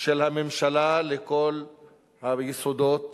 של הממשלה לכל היסודות